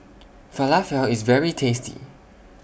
Falafel IS very tasty